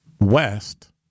west